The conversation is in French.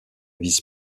vice